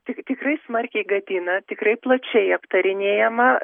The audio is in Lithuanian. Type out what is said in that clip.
tik tikrai smarkiai gadina tikrai plačiai aptarinėjama